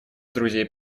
друзей